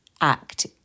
act